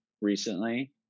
recently